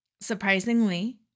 Surprisingly